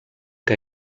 que